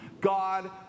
God